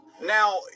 Now